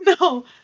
No